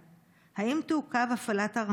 מה שקורה לך זה שהתבלבלת.